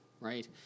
right